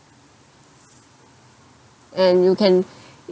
and you can